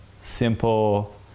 simple